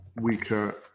weaker